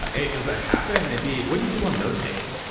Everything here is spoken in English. a, does that happen and b, what do you do on those days?